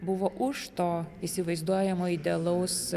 buvo už to įsivaizduojamo idealaus